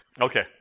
Okay